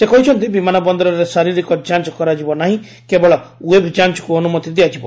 ସେ କହିଛନ୍ତି ବିମାନ ବନ୍ଦରରେ ଶାରୀରିକ ଯାଞ୍ଚ କରାଯିବ ନାହିଁ କେବଳ ୱେବ୍ଯାଞ୍କୁ ଅନୁମତି ଦିଆଯିବ